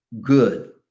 good